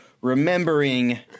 remembering